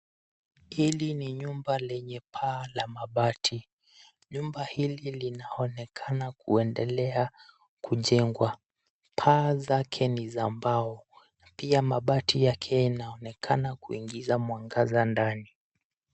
Hili ni nyumba lenye paa la mabati. Nyumba hili linaonekana kuendelea kujengwa. Paa zake ni za mbao. Pia mabati yake inaonekana kuingiza mwangaza ndani.